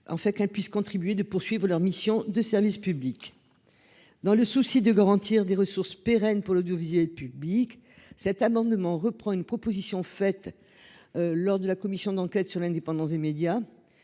en fait qu'elles puissent contribuer de poursuivent leur mission de service public. Dans le souci de garantir des ressources pérennes pour l'audiovisuel public. Cet amendement reprend une proposition faite. Lors de la commission d'enquête sur l'indépendance des médias.